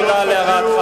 תודה על הערתך.